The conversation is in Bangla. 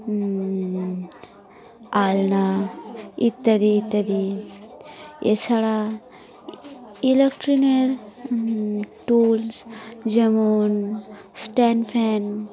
আলনা ইত্যাদি ইত্যাদি এছাড়া ইলেকট্রনের টুলস যেমন স্ট্যান্ড ফ্যান